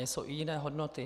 Jsou i jiné hodnoty.